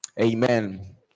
amen